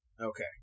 Okay